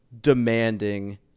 demanding